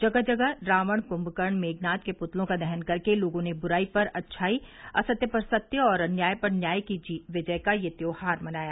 जगह जगह रावण कुम्भकर्ण मेघनाद के पुतलो का दहन कर के लोगों ने बुराई पर अच्छाई असत्य पर सत्य और अन्याय पर न्याय की विजय का यह त्योहार मनाया